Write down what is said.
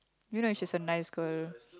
you know that she's a nice girl